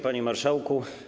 Panie Marszałku!